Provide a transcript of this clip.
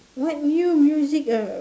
what new music uh